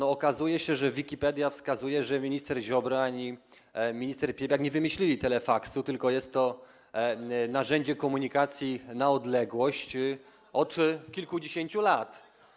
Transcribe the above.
Okazuje się, że Wikipedia wskazuje, że minister Ziobro ani minister Piebiak nie wymyślili telefaksu, tylko że jest to narzędzie komunikacji na odległość od kilkudziesięciu lat.